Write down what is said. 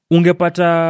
Ungepata